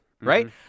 right